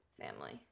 family